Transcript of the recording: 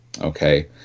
okay